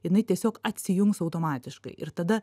jinai tiesiog atsijungs automatiškai ir tada